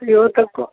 यौ तऽ को